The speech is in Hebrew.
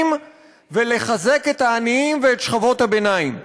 ולחזק את העניים ואת שכבות הביניים,